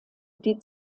die